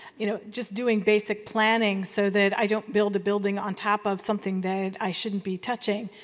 you know, just doing basic planning so that i don't build a building on top of something that i shouldn't be touching.